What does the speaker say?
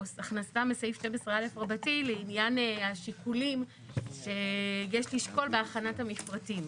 הכנסתם לסעיף 12(א) רבתי לעניין השיקולים שיש לשקול בהכנת המפרטים.